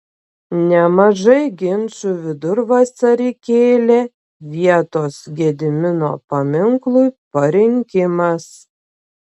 nemažai ginčų vidurvasarį kėlė vietos gedimino paminklui parinkimas